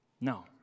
No